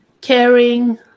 caring